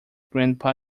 grandpa